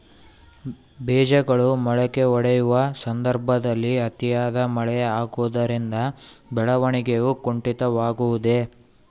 ಬೇಜಗಳು ಮೊಳಕೆಯೊಡೆಯುವ ಸಂದರ್ಭದಲ್ಲಿ ಅತಿಯಾದ ಮಳೆ ಆಗುವುದರಿಂದ ಬೆಳವಣಿಗೆಯು ಕುಂಠಿತವಾಗುವುದೆ?